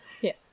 Yes